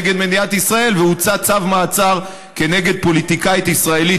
נגד מדינת ישראל והוצא צו מעצר נגד פוליטיקאית ישראלית,